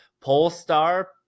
Polestar